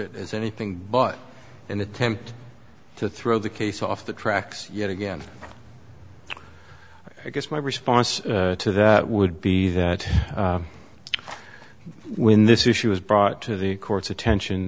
it as anything but an attempt to throw the case off the tracks yet again i guess my response to that would be that when this issue was brought to the court's attention